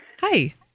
Hi